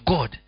God